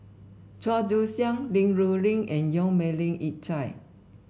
Chua Joon Siang Li Rulin and Yong Melvin Yik Chye